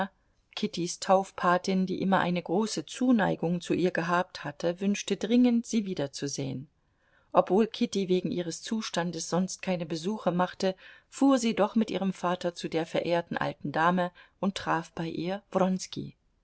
kittys taufpatin die immer eine große zuneigung zu ihr gehabt hatte wünschte dringend sie wiederzusehen obwohl kitty wegen ihres zustandes sonst keine besuche machte fuhr sie doch mit ihrem vater zu der verehrten alten dame und traf bei ihr